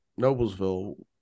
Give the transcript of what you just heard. Noblesville